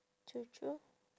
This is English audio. true true